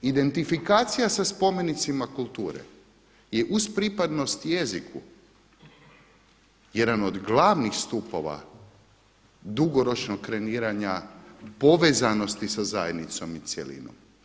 Identifikacija sa spomenicima kulture je uz pripadnost jeziku jedan od glavnih stupova dugoročnog … povezanosti sa zajednicom i cjelinom.